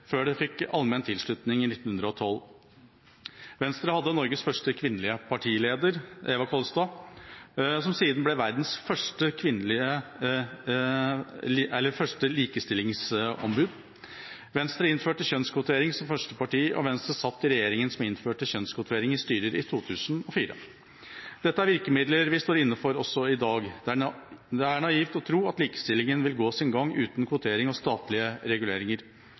før det fikk allmenn tilslutning i 1912. Venstre hadde Norges første kvinnelige partileder, Eva Kolstad, som siden ble verdens første likestillingsombud. Venstre innførte kjønnskvotering som første parti, og Venstre satt i regjeringa som innførte kjønnskvotering i styrer i 2004. Dette er virkemidler vi står inne for også i dag. Det er naivt å tro at likestillingen vil gå sin gang uten kvotering og statlige reguleringer